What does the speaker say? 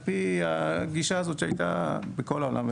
על פי הגישה שהייתה אז בכל העולם,